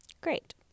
Great